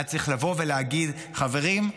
היה צריך לבוא ולהגיד: חברים,